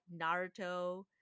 Naruto